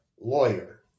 lawyer